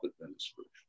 administration